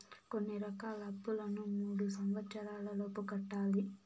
కొన్ని రకాల అప్పులను మూడు సంవచ్చరాల లోపు కట్టాలి